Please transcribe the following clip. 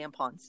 tampons